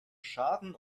schaden